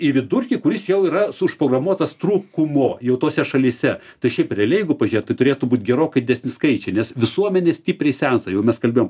į vidurkį kuris jau yra užprogramuotas trūkumo jau tose šalyse tai šiaip realiai jeigu pažiūrėt tai turėtų būt gerokai didesni skaičiai nes visuomenė stipriai sensta jau mes kalbėjom